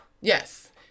Yes